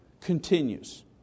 continues